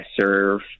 serve